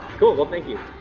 cool. well, thank you.